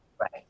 Right